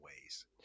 ways